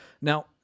Now